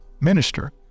minister